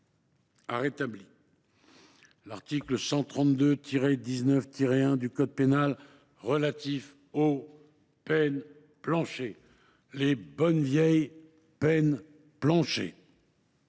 à rétablir l’article 132 19 1 du code pénal relatif aux peines planchers – les bonnes vieilles peines planchers